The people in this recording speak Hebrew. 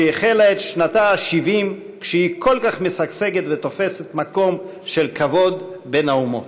שהחלה את שנתה ה-70 כשהיא כל כך משגשגת ותופסת מקום של כבוד בין האומות.